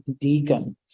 deacon